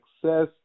success